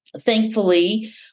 thankfully